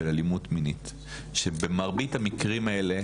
אלימות מינית שבמרבית המקרים האלה